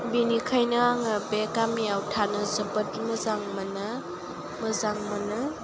बिनिखायनो आङो बे गामियाव थानो जोबोद मोजां मोनो मोजां मोनो